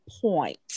point